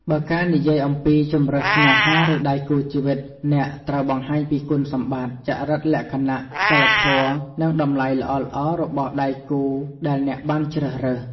បើការនិយាយអំពីជម្រើសស្នេហាឬដៃគូជីវិតវិញអ្នកត្រូវបង្ហាញពីគុណសម្បត្តិ ចរិតលក្ខណៈ សីលធម៌ និងតម្លៃល្អៗរបស់ដៃគូដែលអ្នកបានជ្រើសរើស។